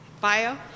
bio